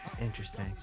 Interesting